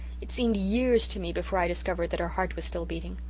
it seemed years to me before i discovered that her heart was still beating.